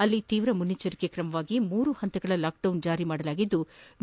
ಅಲ್ಲಿ ತೀವ್ರ ಮುನ್ನೆಚ್ಲರಿಕೆ ಕ್ರಮವಾಗಿ ಮೂರು ಹಂತಗಳ ಲಾಕ್ಡೌನ್ ಜಾರಿ ಮಾಡಲಾಗಿದ್ಲು